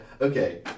Okay